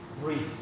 breathe